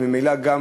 וממילא גם